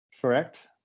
Correct